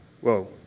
Whoa